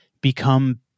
become